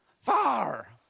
Far